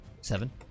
Seven